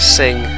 sing